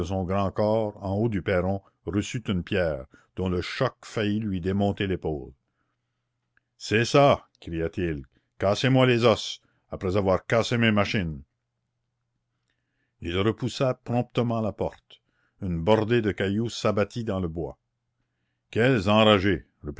son grand corps en haut du perron reçut une pierre dont le choc faillit lui démonter l'épaule c'est ça cria-t-il cassez moi les os après avoir cassé mes machines il repoussa promptement la porte une bordée de cailloux s'abattit dans le bois quels enragés